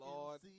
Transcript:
Lord